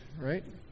right